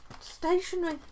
stationery